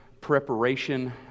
preparation